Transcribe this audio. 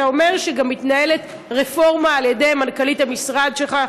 אתה אומר שגם מתנהלת רפורמה על-ידי מנכ"לית המשרד שלך,